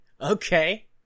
Okay